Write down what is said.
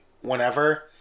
whenever